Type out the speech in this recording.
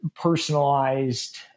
personalized